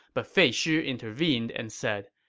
but fei shi intervened and said,